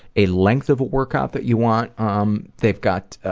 a length of a workout that you want. um they've got